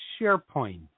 SharePoint